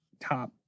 top